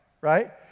right